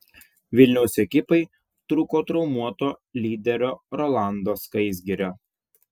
vilniaus ekipai trūko traumuoto lyderio rolando skaisgirio